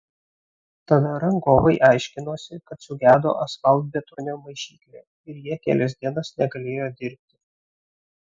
tada rangovai aiškinosi kad sugedo asfaltbetonio maišyklė ir jie kelias dienas negalėjo dirbti